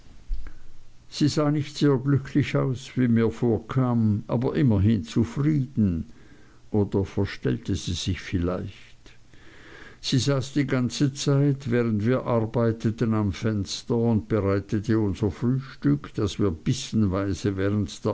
sie sah nicht sehr glücklich aus wie mir vorkam aber immerhin zufrieden oder verstellte sie sich vielleicht sie saß die ganze zeit während wir arbeiteten am fenster und bereitete unser frühstück das wir bissenweise während